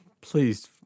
please